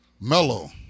Mellow